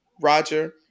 roger